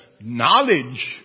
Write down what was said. knowledge